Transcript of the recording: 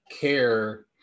care